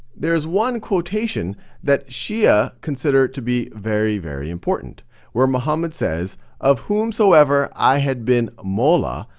there's one quotation that shia consider to be very, very important where muhammad says of whomsoever i had been mawla.